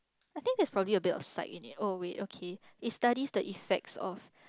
I think that's probably a bit of in it oh wait okay it studies the effect of